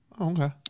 okay